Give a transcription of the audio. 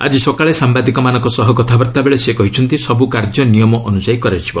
ଆଜି ସକାଳେ ସାମ୍ବାଦିକମାନଙ୍କ ସହ କଥାବାର୍ତ୍ତାବେଳେ ସେ କହିଛନ୍ତି ସବୁ କାର୍ଯ୍ୟ ନିୟମ ଅନୁଯାୟୀ କରାଯିବ